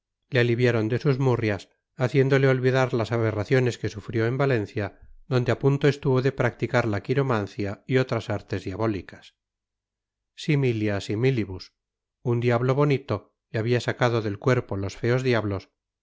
le aliviaron de sus murrias haciéndole olvidar las aberraciones que sufrió en valencia donde a punto estuvo de practicar la quiromancia y otras artes diabólicas similia similibus un diablo bonito le había sacado del cuerpo los feos diablos